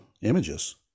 images